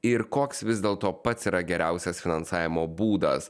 ir koks vis dėlto pats yra geriausias finansavimo būdas